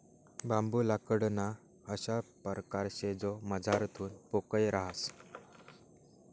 बांबू लाकूडना अशा परकार शे जो मझारथून पोकय रहास